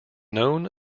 known